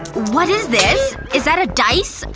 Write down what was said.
what is this? is that a dice?